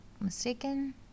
mistaken